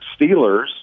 Steelers